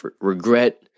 regret